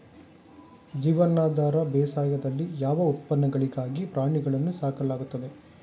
ಜೀವನಾಧಾರ ಬೇಸಾಯದಲ್ಲಿ ಯಾವ ಉತ್ಪನ್ನಗಳಿಗಾಗಿ ಪ್ರಾಣಿಗಳನ್ನು ಸಾಕಲಾಗುತ್ತದೆ?